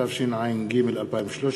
התשע"ג 2013,